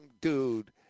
dude